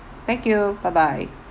thank you bye bye